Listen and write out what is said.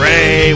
Ray